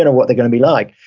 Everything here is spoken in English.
and what they're gonna be like.